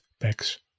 packs